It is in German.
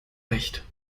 recht